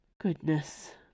Goodness